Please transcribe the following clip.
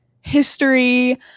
history